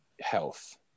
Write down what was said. health